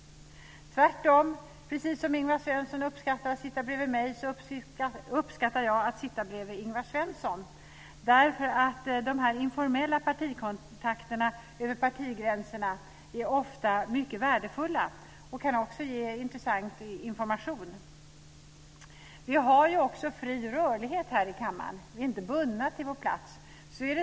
Tvärtom - precis som Ingvar Svensson uppskattar att sitta bredvid mig så uppskattar jag att sitta bredvid Ingvar Svensson. De informella kontakterna över partigränserna är nämligen ofta mycket värdefulla och kan ge intressant information. Vi har ju också fri rörlighet här i kammaren. Vi är inte bundna till vår plats.